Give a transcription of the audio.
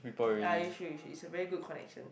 ya you should you should is a very good connection